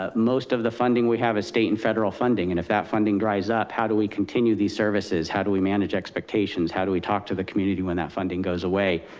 ah most of the funding, we have is state and federal funding and if that funding dries up, how do we continue these services? how do we manage expectations? how do we talk to the community when that funding goes away,